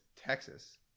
Texas